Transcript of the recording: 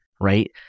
Right